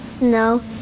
No